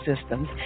Systems